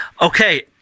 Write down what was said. okay